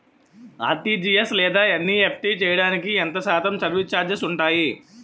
RTGS లేదా NEFT చేయడానికి ఎంత శాతం సర్విస్ ఛార్జీలు ఉంటాయి?